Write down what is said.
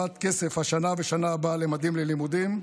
כסף השנה ובשנה הבאה לממדים ללימודים,